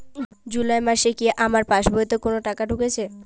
জুলাই মাসে কি আমার পাসবইতে কোনো টাকা ঢুকেছে?